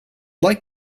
like